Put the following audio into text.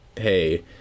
hey